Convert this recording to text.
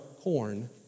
corn